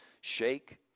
shake